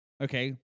okay